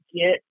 get